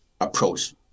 approach